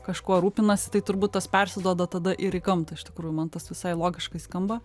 kažkuo rūpinasi tai turbūt tas persiduoda tada ir į gamtą iš tikrųjų man tas visai logiškai skamba